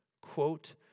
quote